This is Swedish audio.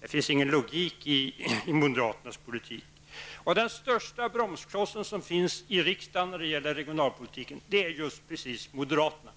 Det finns ingen logik i moderaternas politik. Den största bromskloss som finns i riksdagen när det gäller regionalpolitiken är just moderaterna.